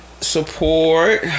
support